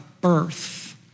birth